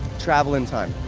travel in time.